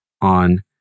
on